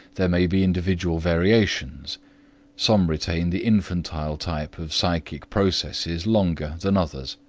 there may be individual variations some retain the infantile type of psychic processes longer than others.